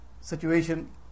situation